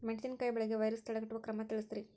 ಮೆಣಸಿನಕಾಯಿ ಬೆಳೆಗೆ ವೈರಸ್ ತಡೆಗಟ್ಟುವ ಕ್ರಮ ತಿಳಸ್ರಿ